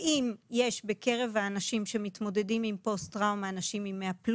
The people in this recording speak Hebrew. האם יש בקרב האנשים שמתמודדים עם פוסט-טראומה אנשים עם 100+?